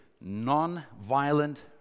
non-violent